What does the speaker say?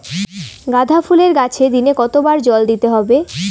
গাদা ফুলের গাছে দিনে কতবার জল দিতে হবে?